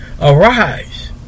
Arise